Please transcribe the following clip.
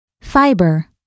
Fiber